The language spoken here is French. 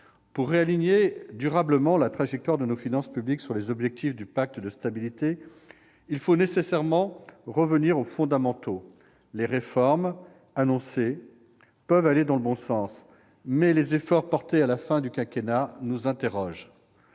Pour réaligner durablement la trajectoire de nos finances publiques sur les objectifs du pacte de stabilité, il faut nécessairement revenir aux fondamentaux. Les réformes annoncées peuvent aller dans le bon sens, mais les efforts portés à la fin du quinquennat nous interrogent.